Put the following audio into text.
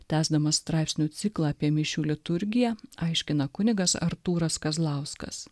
tęsdamas straipsnių ciklą apie mišių liturgiją aiškina kunigas artūras kazlauskas